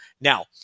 Now